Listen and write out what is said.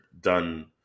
done